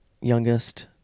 youngest